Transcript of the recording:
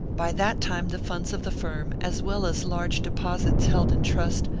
by that time the funds of the firm as well as large deposits held in trust,